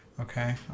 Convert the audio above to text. Okay